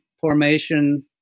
formation